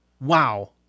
Wow